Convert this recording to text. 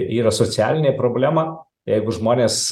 yra socialinė problema jeigu žmonės